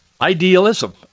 idealism